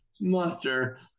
muster